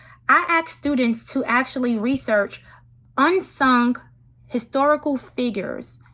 i asked students to actually research unsung historical figures.